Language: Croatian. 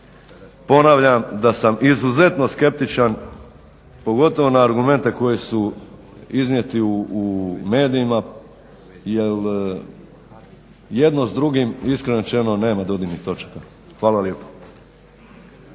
ponavljam da sam izuzetno skeptičan pogotovo na argumente koji su iznijeti u medijima jel jedno s drugim iskreno rečeno nema dodirnih točaka. Hvala lijepo.